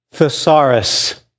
thesaurus